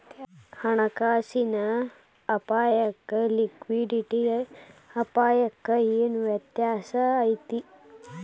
ಹಣ ಕಾಸಿನ್ ಅಪ್ಪಾಯಕ್ಕ ಲಿಕ್ವಿಡಿಟಿ ಅಪಾಯಕ್ಕ ಏನ್ ವ್ಯತ್ಯಾಸಾ ಐತಿ?